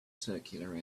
circular